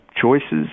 choices